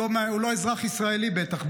הוא לא אזרח ישראלי בטח,